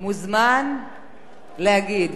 מוזמן להגיד.